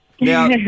Now